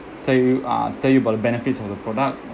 tell you ah tell you about the benefits of the product